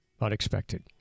unexpected